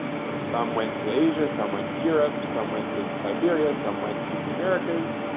so, some went to asia, some went to europe, some went to siberia, some went to the americas.